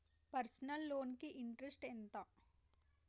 Personal loan కి interest ఎంత?